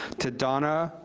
to donna,